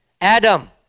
Adam